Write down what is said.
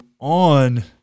on